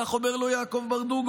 כך אומר לו יעקב ברדוגו.